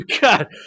God